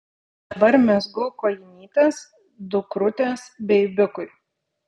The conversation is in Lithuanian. dabar mezgu kojinytes dukrutės beibiukui